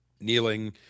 kneeling